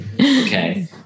Okay